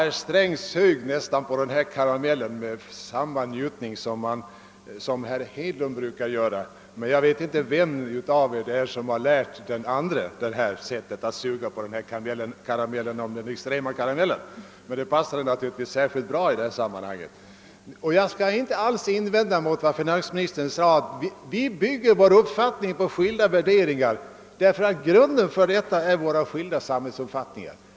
Herr Sträng sög på den karamellen med nästan samma njutning som herr Hedlund brukar göra — jag vet inte vem av herrarna som lärt den andre, att tala om den extrema högern. Men det passade naturligtvis finansministern att göra det just i detta sammanhang. Jag skall inte invända något mot finansministerns påpekande, att vi bygger våra uppfattningar på skilda värderingar. Grunden för våra olika ställningstaganden är våra skilda samhällsuppfattningar.